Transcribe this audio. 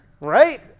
right